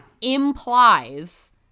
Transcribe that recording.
implies